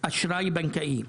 אשראי בנקאי,